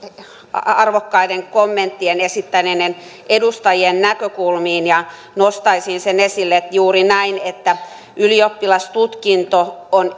arvokkaita kommentteja esittäneiden edustajien näkökulmiin ja nostaisin sen esille juuri näin että ylioppilastutkinto on